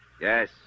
Yes